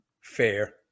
Fair